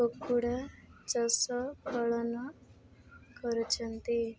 କୁକୁଡ଼ା ଚାଷ ପାଳନ କରୁଛନ୍ତି